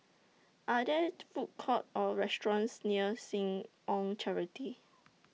Are There Food Courts Or restaurants near Seh Ong Charity